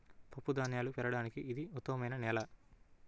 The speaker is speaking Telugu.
పప్పుధాన్యాలు పెరగడానికి ఇది ఉత్తమమైన నేల